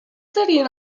serien